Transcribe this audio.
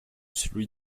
celui